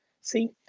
see